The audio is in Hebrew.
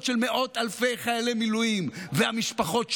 של מאות אלפי חיילי מילואים והמשפחות שלכם.